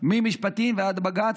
ממשפטי ועד בג"ץ,